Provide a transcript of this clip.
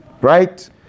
right